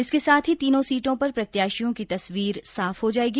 इसके साथ ही तीनों सीटों पर प्रत्याशियों की तस्वीर साफ हो जायेगी